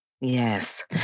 Yes